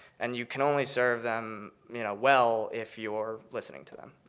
and you can only serve them you know well if you are listening to them.